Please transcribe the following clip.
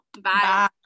Bye